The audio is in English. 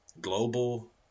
global